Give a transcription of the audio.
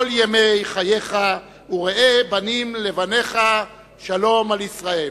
ימי חייך וראה בנים לבניך שלום על ישראל".